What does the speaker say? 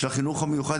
של החינוך המיוחד,